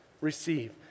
receive